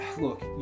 look